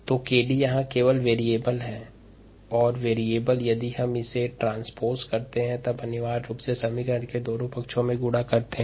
3002303kd5 तो 𝑘𝑑 यहाँ केवल भिन्न है और यदि भिन्न को आरोपित करते हैं तब अनिवार्य रूप से समीकरण के दोनों पक्षों में करते हैं